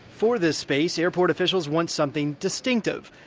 for this space, airport officials want something distinctive,